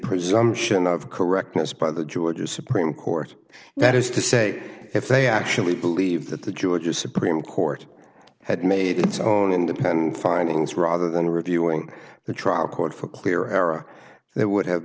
presumption of correctness by the georgia supreme court that is to say if they actually believe that the georgia supreme court had made its own independent findings rather than reviewing the trial court for clear era there would have